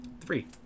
Three